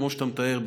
כמו שאתה מתאר,